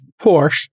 porsche